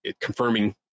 confirming